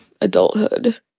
adulthood